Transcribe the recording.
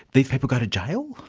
these people go to jail?